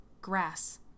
Grass